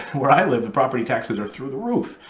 where i live the property taxes are through the roof,